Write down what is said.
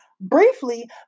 briefly